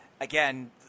again